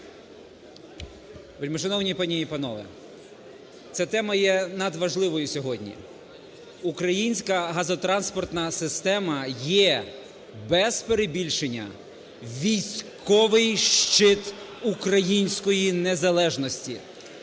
Вельмишановні пані і панове! Це тема є надважливою сьогодні, українська газотранспортна система є, без перебільшення, військовий щит української незалежності.